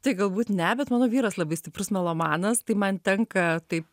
tai galbūt ne bet mano vyras labai stiprus melomanas tai man tenka taip